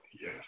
yes